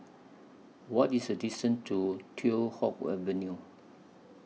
What IS The distance to Teow Hock Avenue